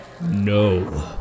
no